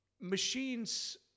machines